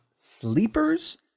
sleepers